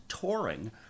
touring